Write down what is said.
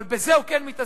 אבל בזה הוא כן מתעסק,